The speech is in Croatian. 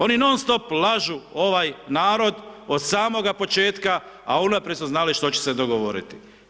Oni non-stop lažu ovaj narod od samoga početka a unaprijed su znali što će se dogovoriti.